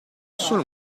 solo